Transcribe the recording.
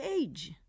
age